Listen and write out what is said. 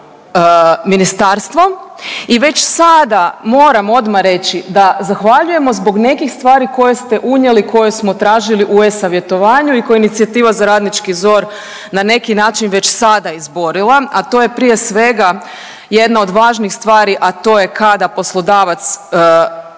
Ministarstvom i već sada moram odmah reći da zahvaljujemo zbog nekih stvari koje ste unijeli koje smo tražili u e-Savjetovanju i koje je inicijativa Za radnički ZOR na neki način već sada izborila, a to je prije svega jedna od važnih stvari, a to je kada poslodavac